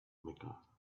mecca